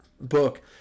Book